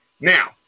Now